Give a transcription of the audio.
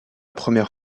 première